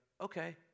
okay